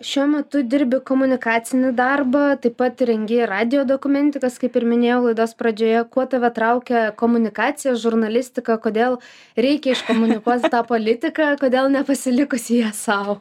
šiuo metu dirbi komunikacinį darbą taip pat rengi radijo dokumentikas kaip ir minėjau laidos pradžioje kuo tave traukia komunikacija žurnalistika kodėl reikia iškomunikuot tą politiką kodėl nepasilikusi ją sau